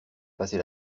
passer